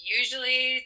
usually